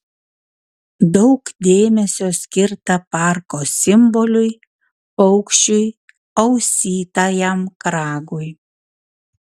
daug dėmesio skirta parko simboliui paukščiui ausytajam kragui